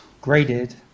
Graded